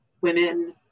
women